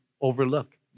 overlook